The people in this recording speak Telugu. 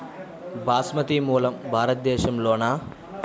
బాస్మతి మూలం భారతదేశంలోనా?